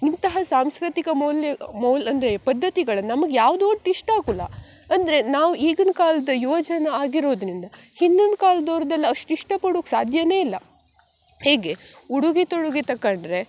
ಇಂತಹ ಸಾಂಸ್ಕೃತಿಕ ಮೌಲ್ಯ ಮೌಲ್ ಅಂದರೆ ಪದ್ದತಿಗಳು ನಮ್ಗೆ ಯಾವುದೂ ಒಟ್ಟು ಇಷ್ಟಾಗುಲ್ಲ ಅಂದರೆ ನಾವು ಈಗಿನ ಕಾಲದ ಯುವಜನ ಆಗಿರೋದರಿಂದ ಹಿಂದಿನ ಕಾಲದವ್ರ್ದೆಲ್ಲ ಅಷ್ಟು ಇಷ್ಟಪಡುಕ್ಕೆ ಸಾಧ್ಯವೇ ಇಲ್ಲ ಹೀಗೆ ಉಡುಗೆ ತೊಡುಗೆ ತಕೊಂಡ್ರೆ